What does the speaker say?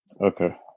Okay